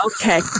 okay